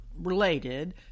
related